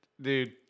Dude